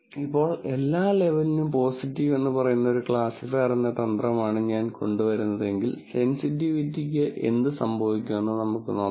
ഇപ്പോൾ എല്ലാ ലേബലിനും പോസിറ്റീവ് എന്ന് പറയുന്ന ഒരു ക്ലാസിഫയർ എന്ന തന്ത്രമാണ് ഞാൻ കൊണ്ടുവരുന്നതെങ്കിൽ സെൻസിറ്റിവിറ്റിക്ക് എന്ത് സംഭവിക്കുമെന്ന് നമുക്ക് നോക്കാം